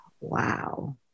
wow